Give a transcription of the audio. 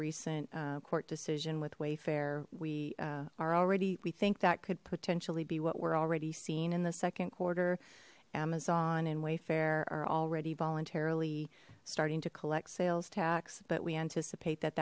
recent court decision with wayfair we are already we think that could potentially be what we're already seeing in the second quarter amazon and wayfarer are already voluntarily starting to collect sales tax but we anticipate that